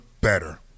better